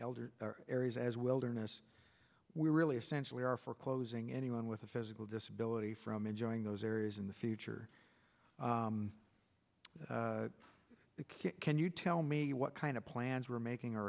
elder areas as wilderness we really essentially are for closing anyone with a physical disability from enjoying those areas in the future q can you tell me what kind of plans we're making